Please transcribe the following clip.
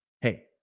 hey